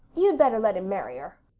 you'd better let him marry her,